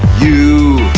u,